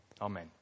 Amen